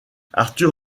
arthur